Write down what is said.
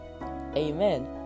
Amen